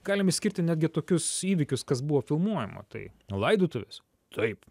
galim išskirti netgi tokius įvykius kas buvo filmuojama tai laidotuvės taip